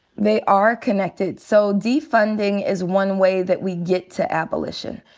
they are connected. so defunding is one way that we get to abolition,